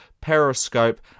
Periscope